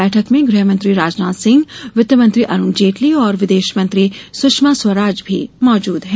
बैठक में गृहमंत्री राजनाथ सिंह वित्तमंत्री अरूण जेटली और विदेश मंत्री सुषमा स्वराज भी मौजूद हैं